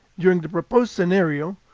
during the proposed scenario,